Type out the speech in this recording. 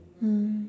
mm